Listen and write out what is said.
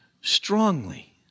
strongly